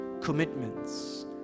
commitments